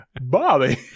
Bobby